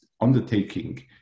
undertaking